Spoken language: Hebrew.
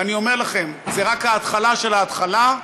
ואני אומר לכם שזה רק ההתחלה של ההתחלה,